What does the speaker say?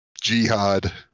Jihad